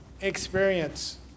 experience